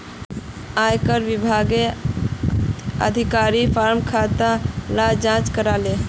आयेकर विभागेर अधिकारी फार्मर खाता लार जांच करले